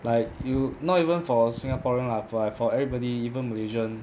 like you not even for singaporean lah for for everybody even malaysian